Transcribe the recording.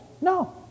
No